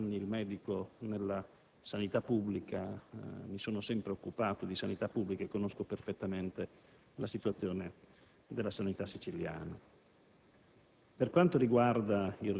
la professione di medico nella sanità pubblica; mi sono sempre occupato di sanità pubblica e conosco perfettamente la situazione della sanità siciliana.